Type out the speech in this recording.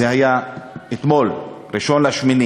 זה היה אתמול, 1 באוגוסט.